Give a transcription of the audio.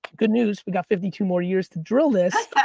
good news, we've got fifty two more years to drill this,